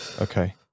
Okay